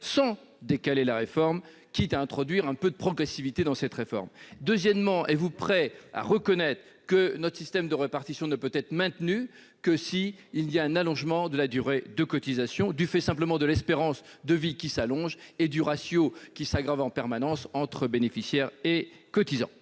sans décaler la réforme, quitte à introduire un peu de progressivité ? Deuxièmement, êtes-vous prêt à reconnaître que notre système par répartition ne peut être maintenu que s'il y a un allongement de la durée de cotisation, du fait de l'espérance de vie qui s'allonge et du ratio entre bénéficiaires et cotisants,